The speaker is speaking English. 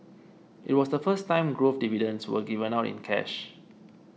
it was the first time growth dividends were given out in cash